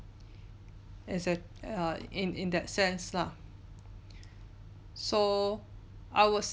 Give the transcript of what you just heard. as a err in in that sense lah so I would